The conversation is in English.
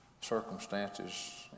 circumstances